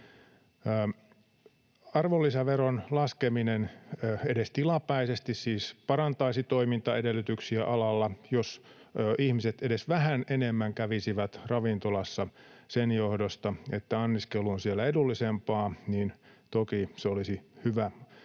Arvonlisäveron laskeminen edes tilapäisesti siis parantaisi toimintaedellytyksiä alalla. Jos ihmiset edes vähän enemmän kävisivät ravintolassa sen johdosta, että anniskelu on siellä edullisempaa, toki se olisi hyvä